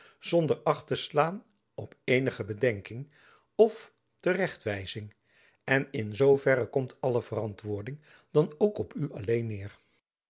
der acht te slaan op eenige bedenking of te rechtwijzing en in zoo verre komt alle verantwoording dan ook op u alleen neêr